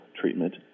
treatment